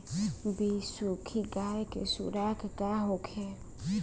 बिसुखी गाय के खुराक का होखे?